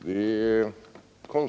Herr talman!